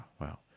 wow